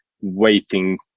waiting